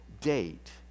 date